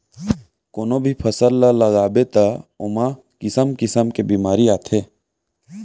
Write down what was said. कोनो भी फसल ल लगाबे त ओमा किसम किसम के बेमारी आथे